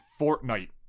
Fortnite